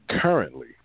currently